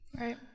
right